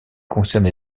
concerne